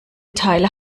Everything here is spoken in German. teile